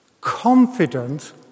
confident